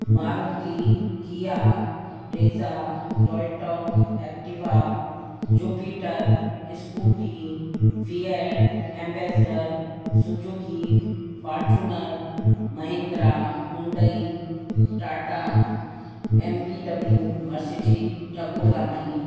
Maruti Kia Brezza Toyota Activa Jupiter Scooty Fiat Ambassador Suzuki Fortuner Mahindra Hyundai Tata M B W Mercedes ढॻो गाॾी